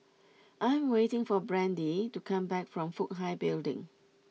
I am waiting for Brandee to come back from Fook Hai Building